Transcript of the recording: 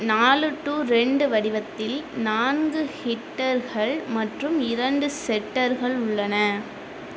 நாலு டு ரெண்டு வடிவத்தில் நான்கு ஹிட்டர்கள் மற்றும் இரண்டு செட்டர்கள் உள்ளன